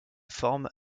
forme